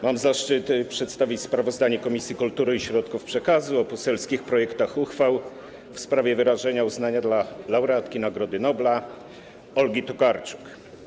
Mam zaszczyt przedstawić sprawozdanie Komisji Kultury i Środków Przekazu o poselskich projektach uchwał w sprawie wyrażenia uznania dla laureatki Nagrody Nobla Olgi Tokarczuk.